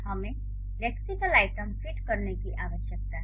हमें lexical item fit करने की आवश्यकता है